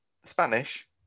spanish